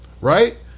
right